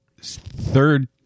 third